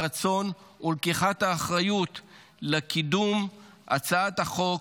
הרצון ולקיחת האחריות לקידום הצעת החוק,